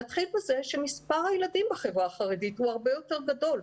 נתחיל בזה שמספר הילדים בחברה החרדית הוא הרבה יותר גדול,